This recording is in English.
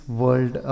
world